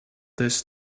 this